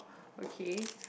okay